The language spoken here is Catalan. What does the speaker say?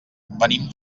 venim